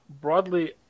broadly